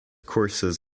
courses